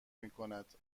میکند